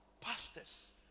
pastors